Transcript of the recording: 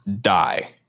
die